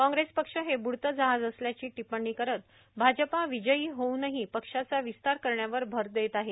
कॉंप्रेस पब्ब हे बुडते जहाज असल्याची टीपणी करीत भाजपा विजयी होऊनही पक्षाचा विस्तार करण्यावर भर देत आहे